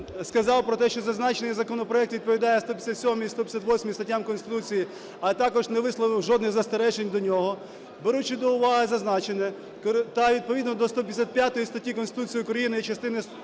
сказав про те, що зазначений законопроект відповідає 157-й, 158-й статтям Конституції, а також не висловив жодних застережень до нього. Беручи до уваги зазначене, та відповідно до 155 статті Конституції України і частини